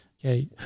Okay